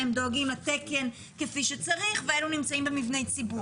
שהם דואגים לתקן כפי שצריך ואלו נמצאים במבני ציבור.